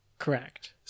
correct